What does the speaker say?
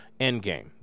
endgame